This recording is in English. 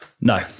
no